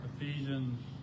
Ephesians